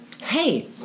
hey